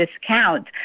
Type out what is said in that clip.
discount